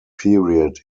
period